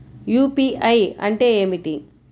UPI అంటే ఏమిటి?